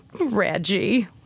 Reggie